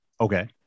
Okay